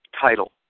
title